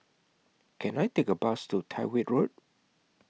Can I Take A Bus to Tyrwhitt Road